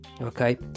okay